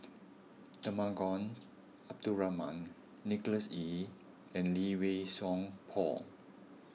Temenggong Abdul Rahman Nicholas Ee and Lee Wei Song Paul